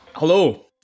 Hello